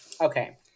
Okay